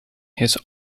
his